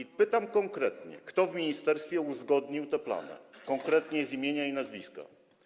I pytam: Konkretnie kto w ministerstwie uzgodnił te plany, konkretnie, z imienia i nazwiska?